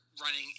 running